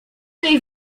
tej